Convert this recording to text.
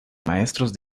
maestros